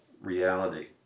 reality